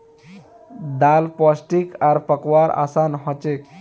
दाल पोष्टिक आर पकव्वार असान हछेक